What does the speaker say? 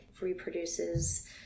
reproduces